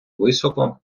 високо